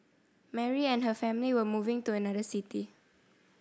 Mary and her family were moving to another city